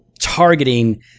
targeting